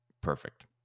Perfect